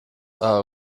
are